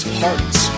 hearts